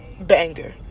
Banger